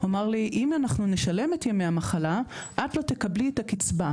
הוא אמר לי אם אנחנו נשלם את ימי המחלה את לא תקבלי את הקבצה.